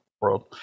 world